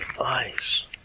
eyes